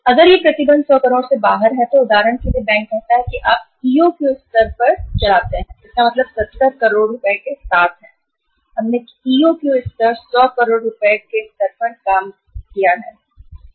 अगर यह प्रतिबंध है तो कहना 100 करोड़ से बाहर है उदाहरण के लिए बैंक कहता है कि आप चलाते हैं ईओक्यू स्तर पर इसका मतलब 70 करोड़ के साथ है हमने ईओक्यू स्तर 100 के स्तर पर काम किया है करोड़ रुपए है